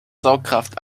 saugkraft